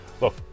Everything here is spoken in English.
Look